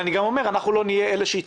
זה לא זמן לחרמות.